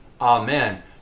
Amen